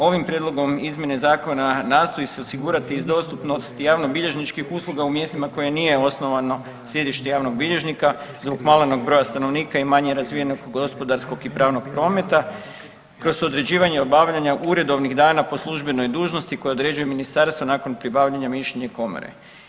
Ovim prijedlogom izmjene zakona nastoji se osigurati i dostupnost javnobilježničkih usluga u mjestima koje nije osnovano sjedište javnog bilježnika zbog malenog broja stanovnika i manje razvijenog gospodarskog i pravnog prometa kroz određivanje obavljanja uredovnih dana po službenoj dužnosti koje određuje ministarstvo nakon pribavljanja mišljenja komore.